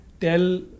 tell